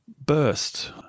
Burst